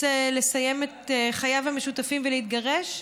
רוצה לסיים את חייו המשותפים ולהתגרש,